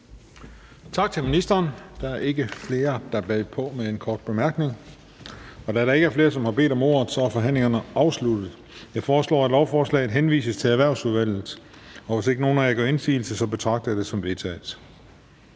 Tak til ministeren. Der er ikke flere, der ønsker en kort bemærkning. Da der ikke er flere, som har bedt om ordet, er forhandlingen sluttet. Jeg foreslår, at lovforslaget henvises til Erhvervsudvalget. Hvis ingen gør indsigelse, betragter jeg det som vedtaget.